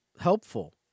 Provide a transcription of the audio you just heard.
helpful